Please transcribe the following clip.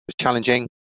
challenging